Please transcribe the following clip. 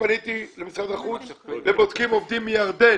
פניתי למשרד החוץ ובודקים עובדים מירדן.